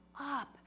up